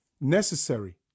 necessary